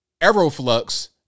Aeroflux